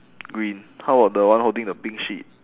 green how about the one holding the pink sheet